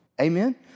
Amen